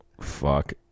fuck